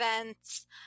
events